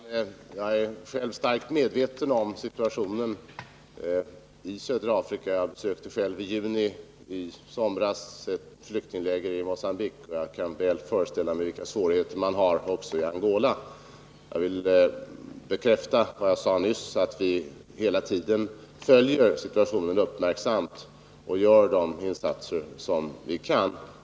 Herr talman! Jag är själv starkt medveten om situationen i södra Afrika. Jag besökte i juni ett flyktingläger i Mogambique och jag kan väl föreställa mig vilka svårigheter man har i Angola. Jag vill bekräfta vad jag sade nyss, att vi hela tiden uppmärksamt följer situationen och gör de insatser som vi kan.